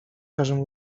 każą